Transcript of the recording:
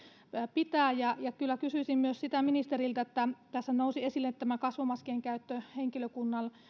pitää kyllä kysyisin myös sitä ministeriltä kun tässä nousi esille tämä kasvomaskien käyttö henkilökunnan